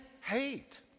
hate